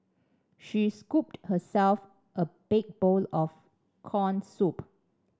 she scooped herself a big bowl of corn soup